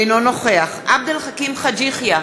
אינו נוכח עבד אל חכים חאג' יחיא,